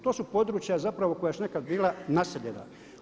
To su područja zapravo koja su nekad bila naseljena.